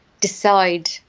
decide